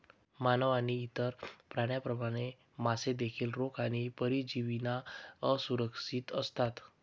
मानव आणि इतर प्राण्यांप्रमाणे, मासे देखील रोग आणि परजीवींना असुरक्षित असतात